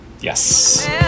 yes